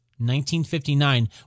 1959